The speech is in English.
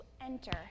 enter